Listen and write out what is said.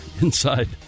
inside